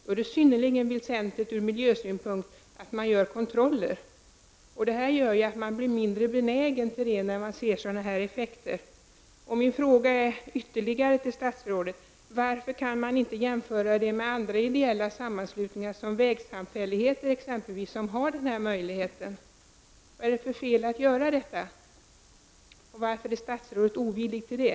Då är det synnerligen väsentligt från miljösynpunkt att man gör kontroller. När man ser sådana här effekter blir man mindre benägen till det. En ytterligare fråga till statsrådet är: Varför kan man inte jämföra ett vattenvårdsförbund med andra ideella sammanslutningar som exempelvis vägsamfälligheter, som har den möjlighet jag har frågat om? Vad är det för fel med att göra det -- varför är statsrådet ovillig till det?